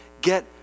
get